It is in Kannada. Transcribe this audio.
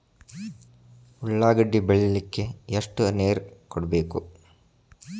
ಉಳ್ಳಾಗಡ್ಡಿ ಬೆಳಿಲಿಕ್ಕೆ ಎಷ್ಟು ನೇರ ಕೊಡಬೇಕು?